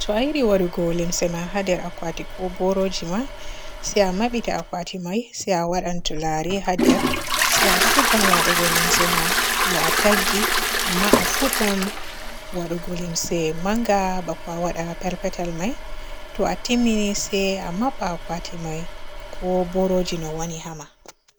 To a yiɗi waadagu limse ma haa nder akwati ko boroji ma se a mabbita akwati may se a waada tulare haa nder se a fuddan waadugo limse ma no a taggi amma a fuddan waddugo limse manga bako a waada perpetel may. To a timmini se a mabba akwati may ko boroji no wooni haa ma.